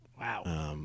Wow